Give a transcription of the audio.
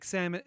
Sam